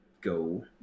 go